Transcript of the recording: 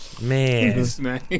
man